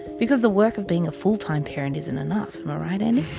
because the work of being a full-time parent isn't enough, am i right andy?